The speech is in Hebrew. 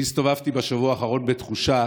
אני הסתובבתי בשבוע האחרון בתחושה